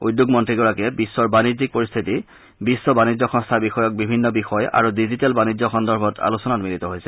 উদ্যোগ মন্ত্ৰীগৰাকীয়ে বিখ্ব বানিজ্যিক পৰিস্থিতি বিখ্ব বানিজ্য সংস্থা বিষয়ক বিভিন্ন বিষয় আৰু ডিজিটীয় বানিজ্য সন্দৰ্ভত আলোচনাত মিলিত হৈছে